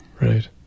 right